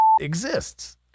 exists